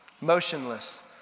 motionless